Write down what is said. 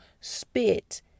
spit